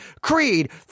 creed